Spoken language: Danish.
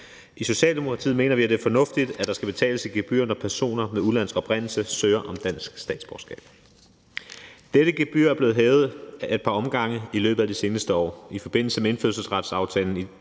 I Socialdemokratiet mener vi, det er fornuftigt, at der skal betales et gebyr, når personer med udenlandsk oprindelse søger om dansk statsborgerskab. Dette gebyr er blevet hævet ad et par omgange i løbet af de seneste år. I forbindelse med indfødsretsaftalen fra 2018